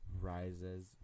rises